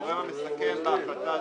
תראו בטבלה הזאת.